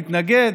נתנגד,